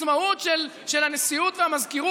עצמאות של הנשיאות והמזכירות?